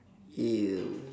!eww!